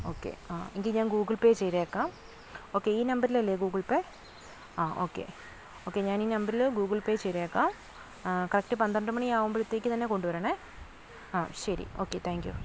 okay ആ എങ്കിൾ ഞാൻ ഗൂഗിൾ പേ ചെയ്തേക്കാം ഓക്കെ ഈ നമ്പറിൾ അല്ലേ ഗൂഗിൾ പേ ആ ഓക്കെ ഓക്കെ ഞാൻ ഈ നമ്പറിൽ ഗൂഗിൾ പേ ചെയ്തേക്കാം കറക്റ്റ് പന്ത്രണ്ട് മണി ആവുമ്പോഴത്തേക്ക് തന്നെ കൊണ്ടുവരണേ ആ ശരി ഓക്കെ താങ്ക് യു